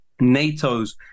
NATO's